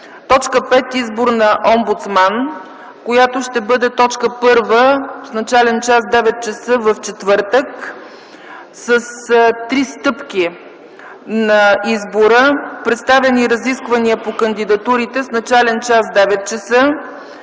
Точка 5 – Избор на омбудсман, която ще бъде т. 1, с начален час 9,00 ч., в четвъртък, с три стъпки на избора: представяне и разисквания по кандидатурите с начален час 9,00